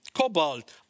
cobalt